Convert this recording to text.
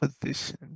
position